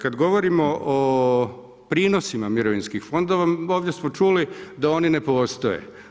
Kada govorimo o prinosima mirovinskih fondova ovdje smo čuli da oni ne postoje.